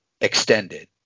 Extended